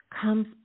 comes